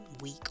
week